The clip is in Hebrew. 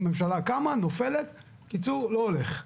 ממשלה קמה, נופלת, בקיצור לא הולך.